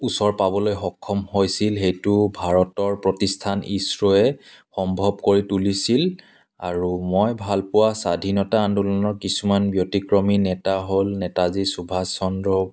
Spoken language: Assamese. ওচৰ পাবলৈ সক্ষম হৈছিল সেইটো ভাৰতৰ প্ৰতিষ্ঠান ইছৰোৱে সম্ভৱ কৰি তুলিছিল আৰু মই ভালপোৱা স্বাধীনতা আন্দোলনৰ কিছুমান ব্যতিক্ৰমী নেতা হ'ল নেতাজী সুভাষ চন্দ্ৰ